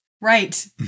Right